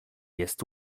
jest